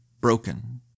broken